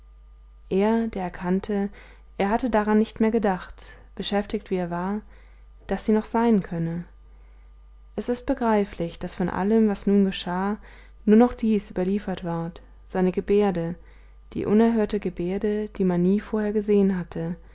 er der erkannte er hatte daran nicht mehr gedacht beschäftigt wie er war daß sie noch sein könne es ist begreiflich daß von allem was nun geschah nur noch dies überliefert ward seine gebärde die unerhörte gebärde die man nie vorher gesehen hatte